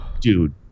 Dude